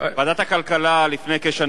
בוועדת החוקה, חוק ומשפט.